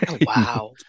Wow